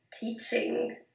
teaching